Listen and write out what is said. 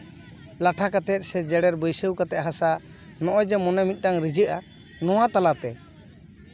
ᱞᱟᱴᱷᱟ ᱠᱟᱛᱮᱜ ᱥᱮ ᱡᱮᱨᱮᱲ ᱵᱟᱹᱭᱥᱟᱹᱣ ᱠᱟᱛᱮᱜ ᱦᱟᱥᱟ ᱱᱚᱜᱼᱚᱭ ᱡᱮ ᱢᱚᱱᱮ ᱢᱤᱫᱴᱟᱱ ᱵᱷᱤᱡᱟᱹᱜᱼᱟ ᱱᱚᱣᱟ ᱛᱟᱞᱟᱛᱮ